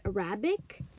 Arabic